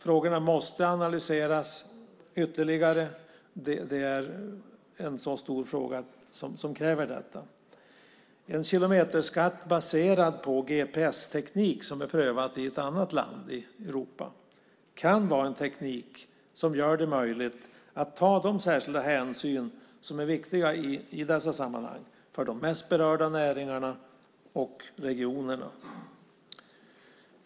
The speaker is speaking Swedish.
Frågan måste analyseras ytterligare då den är så stor att den kräver detta. En kilometerskatt baserad på gps-teknik, som har prövats i ett annat land i Europa, kan vara den teknik som gör det möjligt att ta de särskilda hänsyn som är viktiga i dessa sammanhang för de mest berörda näringarna och regionerna.